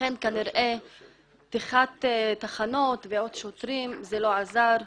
לכן כנראה פתיחת תחנות ושוטרים נוספים, זה לא עזר.